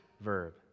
verb